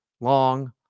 long